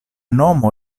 nomo